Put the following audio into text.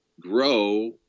grow